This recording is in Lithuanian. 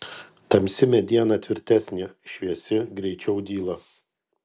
tamsi mediena tvirtesnė šviesi greičiau dyla